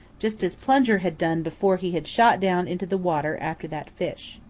just as plunger had done before he had shot down into the water after that fish.